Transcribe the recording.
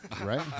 right